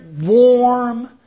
warm